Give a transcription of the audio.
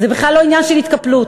זה בכלל לא עניין של התקפלות.